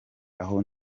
aho